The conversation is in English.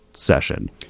session